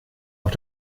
auf